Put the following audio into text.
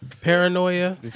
Paranoia